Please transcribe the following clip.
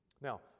Now